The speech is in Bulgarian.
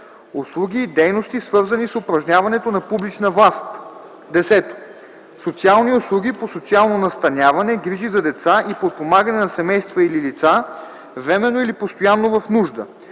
услуги и дейности, свързани с упражняването на публична власт; 10. социални услуги по социално настаняване, грижи за деца и подпомагане на семейства или лица, временно или постоянно в нужда,